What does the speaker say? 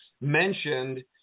mentioned